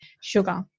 sugar